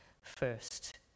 first